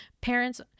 parents